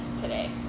today